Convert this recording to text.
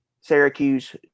syracuse